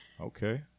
Okay